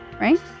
right